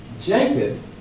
Jacob